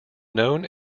known